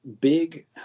big